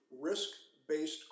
risk-based